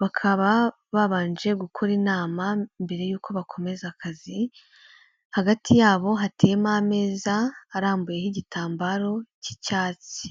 bakaba babanje gukora inama mbere y'uko bakomeza akazi, hagati yabo hateyemo ameza arambuyeho igitambaro cy'icyatsi.